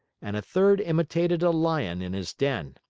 and a third imitated a lion in his den.